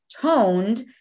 toned